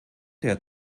der